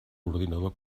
ordinador